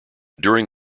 during